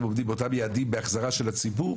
עומדים באותם יעדים בהחזרה של הציבור?